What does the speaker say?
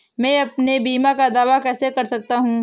मैं अपने बीमा का दावा कैसे कर सकता हूँ?